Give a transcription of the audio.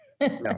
No